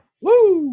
Woo